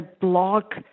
block